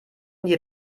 nie